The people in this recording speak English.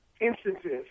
instances